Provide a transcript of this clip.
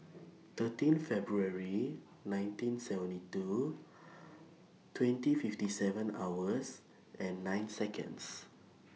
thirteen February nineteen seventy two twenty fifty seven hours nine Seconds